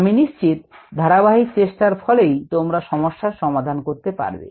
আমি নিশ্চিত ধারাবাহিক চেষ্টার ফলেই তোমরা সমস্যার সমাধান করতে পারবে